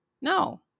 No